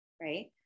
right